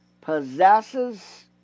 possesses